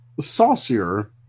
Saucier